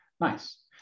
Nice